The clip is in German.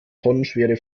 tonnenschwere